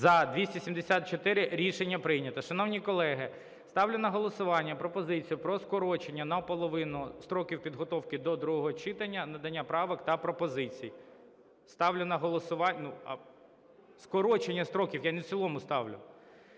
За-274 Рішення прийнято. Шановні колеги, ставлю на голосування пропозицію про скорочення наполовину строків підготовки до другого читання, надання правок та пропозицій. Ставлю на голосування… Скорочення строків, я не в цілому ставлю.